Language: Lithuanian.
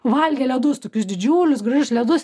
valgė ledus tokius didžiulius gražius ledus